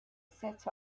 set